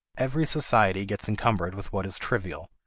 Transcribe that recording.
every society gets encumbered with what is trivial,